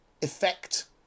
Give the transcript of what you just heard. effect